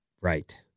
Right